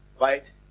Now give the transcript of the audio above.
right